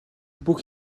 бүх